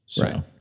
right